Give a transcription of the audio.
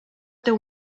teu